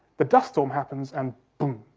the dust storm happens and, boom.